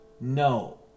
no